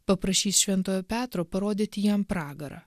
paprašys šventojo petro parodyti jam pragarą